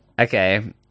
Okay